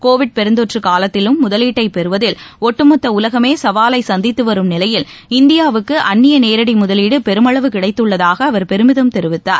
Covid பெருந்தொற்று காலத்திலும் முதலீட்ட பெறுவதில் ஒட்டுமொத்த உலகமே சவாலை சந்தித்து வரும் நிலையில் இந்தியாவுக்கு அந்நிய நேரடி முதலீடு பெருமளவு கிடைத்துள்ளதாக அவர் பெருமிதம் தெரிவித்தார்